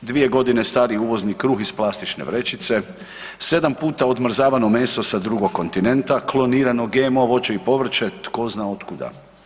Dvije godine stvari uvozni kruh iz plastične vrećice, sedam puta odmrzavano meso sa drugog kontinenta, klonirano GMO voće i povrće tko zna od kuda.